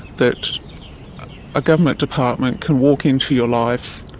that a government department can walk into your life,